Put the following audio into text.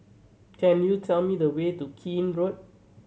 could you tell me the way to Keene Road